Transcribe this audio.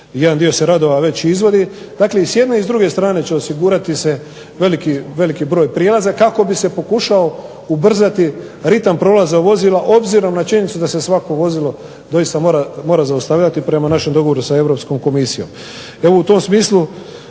jedan dio radova se izvodi. Dakle, i s jedne i s druge strane će osigurati se veliki broj prijelaza kako bi se pokušao ubrzati ritam prolaza vozila obzirom na činjenicu da se svako vozilo doista mora zaustavljati prema našem dogovoru sa Europskom komisijom.